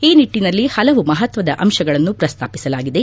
ಈ ನಿಟ್ಟನಲ್ಲಿ ಹಲವು ಮಹತ್ವದ ಅಂಶಗಳನ್ನು ಪ್ರಸ್ನಾಪಿಸಲಾಗಿದೆ